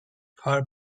her